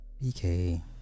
bk